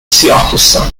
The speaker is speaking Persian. سیاهپوستان